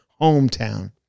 hometown